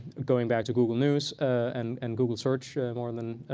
going back to google news and and google search more than